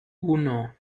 uno